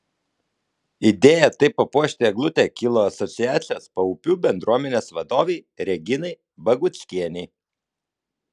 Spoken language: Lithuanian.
idėja taip papuošti eglutę kilo asociacijos paupių bendruomenės vadovei reginai baguckienei